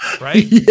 right